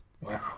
Wow